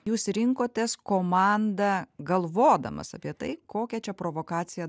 jūs rinkotės komandą galvodamas apie tai kokią čia provokaciją